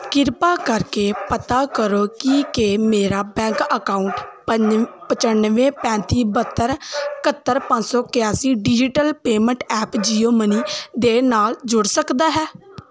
ਕ੍ਰਿਪਾ ਕਰਕੇ ਪਤਾ ਕਰੋ ਕਿ ਕੀ ਮੇਰਾ ਬੈਂਕ ਅਕਾਊਂਟ ਪੰਜ ਪਚਾਨਵੇਂ ਪੈਂਤੀ ਬਹੱਤਰ ਇਕਹੱਤਰ ਪੰਜ ਸੌ ਇਕਿਆਸੀ digital payment app Jio money ਦੇ ਨਾਲ ਜੁੜ ਸਕਦਾ ਹੈ